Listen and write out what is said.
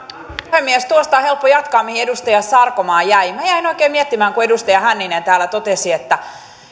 puhemies tuosta on helppo jatkaa mihin edustaja sarkomaa jäi minä jäin oikein miettimään sitä kun edustaja hänninen täällä totesi että